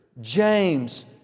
James